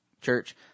church